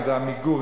אם "עמיגור",